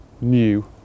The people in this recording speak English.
new